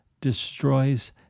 destroys